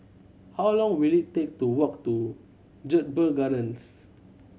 how long will it take to walk to Jedburgh Gardens